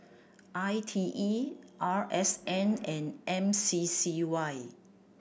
I T E R S N and M C C Y